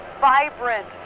vibrant